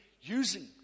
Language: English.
using